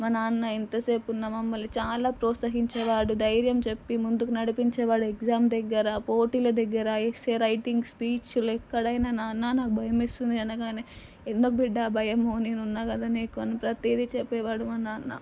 మా నాన్న ఎంతసేపు ఉన్న మమ్మల్ని చాలా ప్రోత్సహించేవాడు ధైర్యం చెప్పి ముందుకు నడిపించేవాడు ఎగ్జామ్ దగ్గర పోటీల దగ్గర ఎస్సే రైటింగ్ స్పీచ్లు ఎక్కడైనా నాన్న నాకు భయం వేస్తుంది అనగానే ఎందుకు బిడ్డ భయము నేనున్నా కదా నీకు అని ప్రతీదీ చెప్పేవాడు మా నాన్న